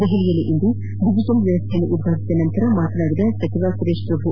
ದೆಹಲಿಯಲ್ಲಿಂದು ಡಿಜಿಟಲ್ ವ್ಯವಸ್ಥೆಯನ್ನು ಉದ್ಘಾಟಿಸಿದ ನಂತರ ಮಾತನಾಡಿದ ಸಚಿವ ಸುರೇತ್ ಪ್ರಭು